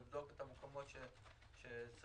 לבדוק את המקומות שצריך,